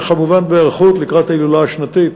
וכמובן בהיערכות לקראת ההילולה השנתית